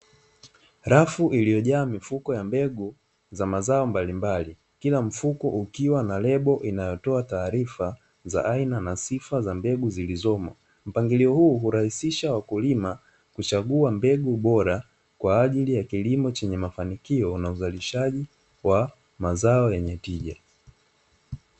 Rafu iliyojaa mifuko ya mbegu za mazao mbalimbali, kila mfuko ukiwa na lebo inayotoa taarifa za aina na sifa za mbegu ziliozomo, mpangilio huu hurahisisha wakulima kuchagua mbegu bora kwa ajili ya kilimo chenye mafanikio na uzalishaji wa mazao yenye tija.